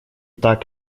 так